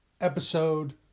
episode